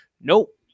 Nope